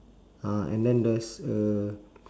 ah and then there's a